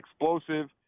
explosive